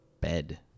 bed